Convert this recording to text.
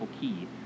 key